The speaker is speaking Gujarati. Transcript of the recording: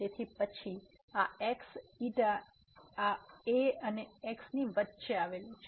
તેથી પછી આ x ξ આ a અને x ની વચ્ચે આવેલું છે